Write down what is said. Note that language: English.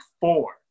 four